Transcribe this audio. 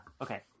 Okay